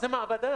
מעבדה.